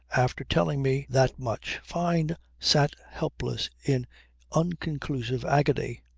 after telling me that much fyne sat helpless in unconclusive agony.